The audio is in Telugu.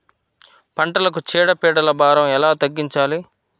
పంటలకు చీడ పీడల భారం ఎలా తగ్గించాలి?